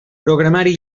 programari